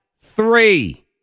three